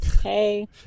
hey